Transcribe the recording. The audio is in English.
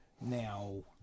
now